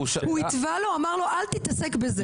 הוא התווה לו, אמר לו אל תתעסק בזה.